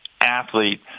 athlete